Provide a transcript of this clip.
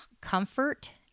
comfort